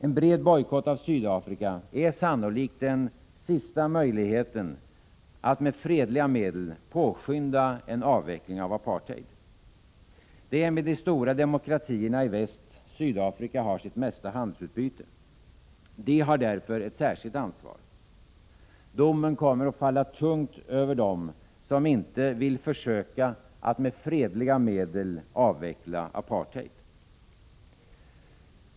En bred bojkott av Sydafrika är sannolikt den sista möjligheten att med fredliga medel påskynda en avveckling av apartheid. Det är med de stora demokratierna i väst som Sydafrika har sitt mesta handelsutbyte. De har därför ett särskilt ansvar. Domen kommer att falla tungt över dem som inte ville försöka att med fredliga medel avveckla apartheid.